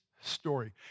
story